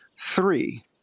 three